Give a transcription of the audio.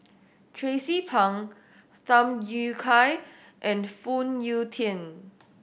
Tracie Pang Tham Yui Kai and Phoon Yew Tien